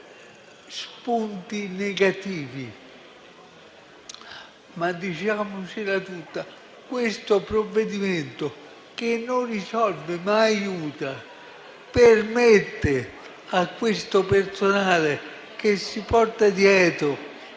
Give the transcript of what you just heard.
spunti negativi, ma diciamocela tutta: questo provvedimento non risolve, ma è d'aiuto per questo personale che si porta dietro